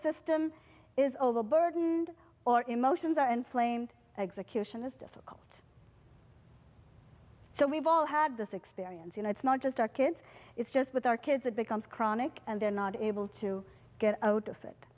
system is overburdened or emotions are inflamed legs a kitchen is difficult so we've all had this experience you know it's not just our kids it's just with our kids it becomes chronic and they're not able to get out of it